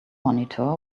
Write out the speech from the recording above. monitor